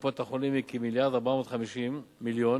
קופות-החולים היא כ-1.45 מיליארד,